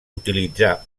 utilitzà